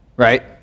right